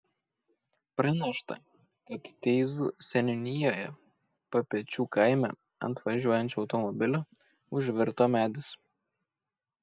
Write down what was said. pranešta kad teizų seniūnijoje papečių kaime ant važiuojančio automobilio užvirto medis